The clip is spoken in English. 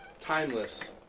timeless